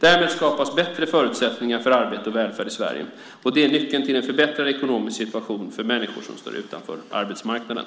Därmed skapas bättre förutsättningar för arbete och välfärd i Sverige, och det är nyckeln till en förbättrad ekonomisk situation för människor som står utanför arbetsmarknaden.